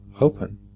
open